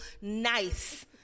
nice